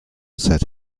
said